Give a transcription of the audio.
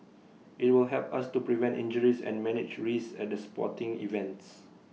IT will help us to prevent injuries and manage risks at the sporting events